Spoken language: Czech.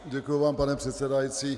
Děkuji vám, pane předsedající.